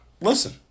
Listen